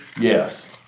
yes